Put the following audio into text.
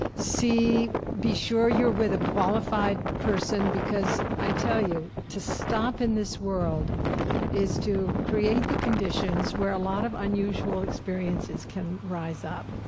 be sure you're with a qualified person, because, i tell you, to stop in this world is to create the conditions where a lot of unusual experiences can rise up.